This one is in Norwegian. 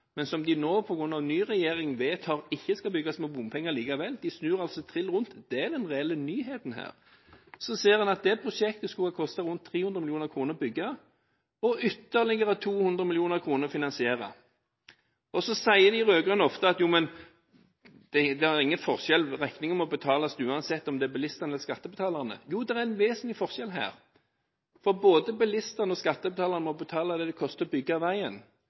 men som de nå på grunn av ny regjering vedtar ikke skal bygges med bompenger likevel – de snur altså trill rundt – er det den reelle nyheten her. Det prosjektet skulle ha kostet rundt 300 mill. kr å bygge og ytterligere 200 mill. kr å finansiere. Så sier de rød-grønne ofte at det er ingen forskjell, regningen må betales uansett om det er bilistene eller skattebetalerne som gjør det. Jo, det er en vesentlig forskjell her, for både bilistene og skattebetalerne må betale det det koster å bygge veien.